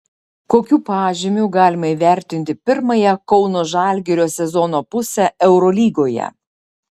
kokiu pažymiu galima įvertinti pirmąją kauno žalgirio sezono pusę eurolygoje